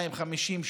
250,